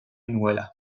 nuela